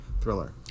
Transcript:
thriller